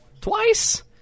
Twice